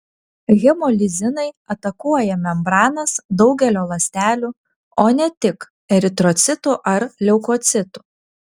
hemolizinai atakuoja membranas daugelio ląstelių o ne tik eritrocitų ar leukocitų